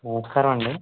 నమస్కారం అండి